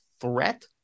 threat